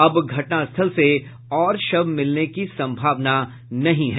अब घटनास्थल से और शव मिलने की संभावना नहीं हैं